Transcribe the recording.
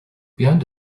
behind